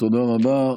תודה רבה.